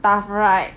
tough right